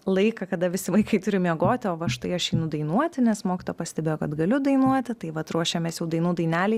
laiką kada visi vaikai turi miegoti o va štai aš einu dainuoti nes mokytojai pastebėjo kad galiu dainuoti tai vat ruošiamės jau dainų dainelei